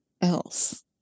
else